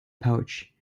pouch